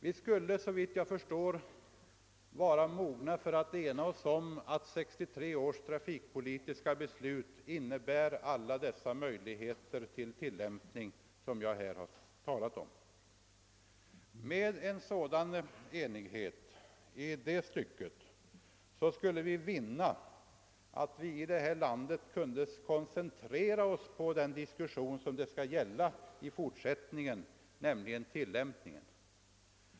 Vi skulle såvitt jag förstår vara mogna att enas om att 1963 års trafikpolitiska beslut i sig bär alla de möjligheter till tillämpning som jag här har talat om.